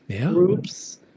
groups